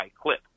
clip